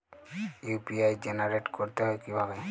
UPI generate করতে হয় কিভাবে?